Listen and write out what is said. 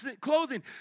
clothing